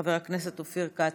חבר הכנסת אופיר כץ.